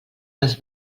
les